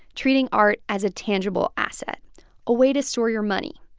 treating art as a tangible asset a way to store your money.